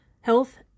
health